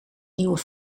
nieuwe